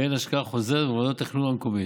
באין השקעה חוזרת בוועדת התכנון המקומית.